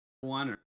one